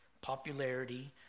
popularity